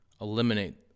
eliminate